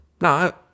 no